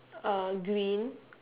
uh green